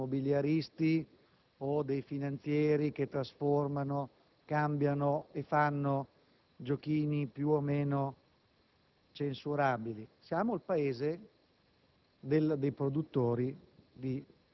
per fortuna, solamente il Paese degli immobiliaristi o dei finanzieri che trasformano, cambiano e fanno giochini più o meno censurabili: siamo il Paese